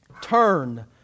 turn